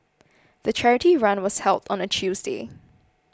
the charity run was held on a Tuesday